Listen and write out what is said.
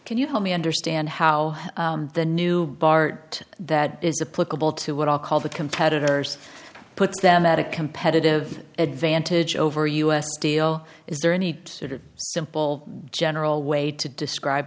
can you help me understand how the new bart that is a political to what i'll call the competitors puts them at a competitive advantage over u s steel is there any sort of simple general way to describe